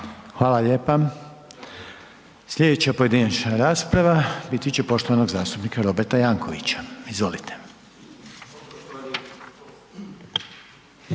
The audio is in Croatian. Hvala lijepa. Slijedeća pojedinačna rasprava biti će poštovanog zastupnika Marka Vučetića. **Vučetić,